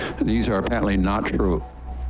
these are patently not true.